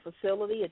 facility